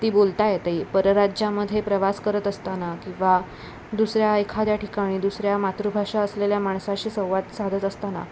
ती बोलता येते परराज्यामध्ये प्रवास करत असताना किंवा दुसऱ्या एखाद्या ठिकाणी दुसऱ्या मातृभाषा असलेल्या माणसाशी संवाद साधत असताना